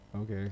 okay